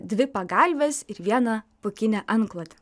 dvi pagalves ir vieną pūkinę antklodę